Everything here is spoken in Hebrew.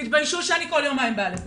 תתביישו שאני כל יומיים באה לפה.